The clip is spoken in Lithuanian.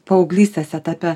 paauglystės etape